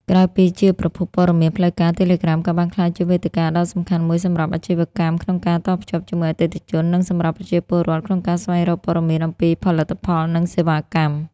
ក្រៅពីជាប្រភពព័ត៌មានផ្លូវការ Telegram ក៏បានក្លាយជាវេទិកាដ៏សំខាន់មួយសម្រាប់ អាជីវកម្ម ក្នុងការតភ្ជាប់ជាមួយអតិថិជន និងសម្រាប់ប្រជាពលរដ្ឋក្នុងការស្វែងរក ព័ត៌មានអំពីផលិតផល និងសេវាកម្ម។